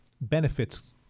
Benefits